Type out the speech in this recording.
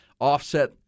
offset